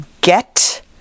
get